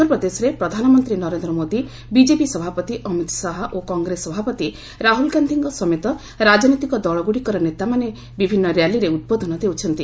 ମଧ୍ୟପ୍ରଦେଶରେ ପ୍ରଧାନମନ୍ତ୍ରୀ ନରେନ୍ଦ୍ର ମୋଦି ବିକେପି ସଭାପତି ଅମିତ୍ ଶାହା ଓ କଂଗ୍ରେସ ସଭାପତି ରାହ୍ରଲ୍ ଗାନ୍ଧିଙ୍କ ସମେତ ରାଜନୈତିକ ଦଳଗୁଡ଼ିକର ନେତାମାନେ ବିଭିନ୍ନ ର୍ୟାଲିରେ ଉଦ୍ବୋଧନ ଦେଉଛନ୍ତି